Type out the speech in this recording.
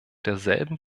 derselben